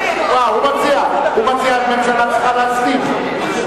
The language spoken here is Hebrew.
הוא מציע, הממשלה צריכה להסכים.